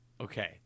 Okay